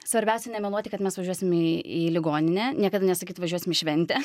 svarbiausia nemeluoti kad mes važiuosime į į ligoninę niekada nesakyt važiuosim į šventę